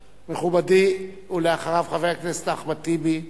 מכובדי, ואחריו, חבר הכנסת אחמד טיבי.